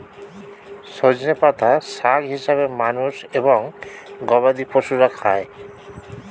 সজনে পাতা শাক হিসেবে মানুষ এবং গবাদি পশুরা খায়